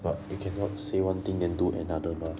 but you cannot say one thing and do another mah